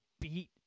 beat